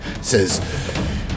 says